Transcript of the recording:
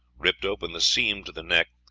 ripped open the seam to the neck,